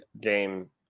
game